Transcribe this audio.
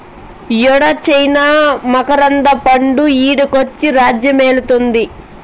యేడ చైనా మకరంద పండు ఈడకొచ్చి రాజ్యమేలుతాంది